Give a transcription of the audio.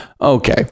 Okay